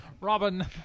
Robin